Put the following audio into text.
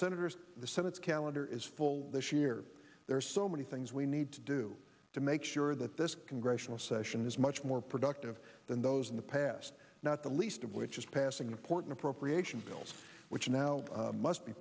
senators the senate's calendar is full this year there are so many things we need to do to make sure that this congressional session is much more productive than those in the past not the least of which is passing important pro creation bills which now must be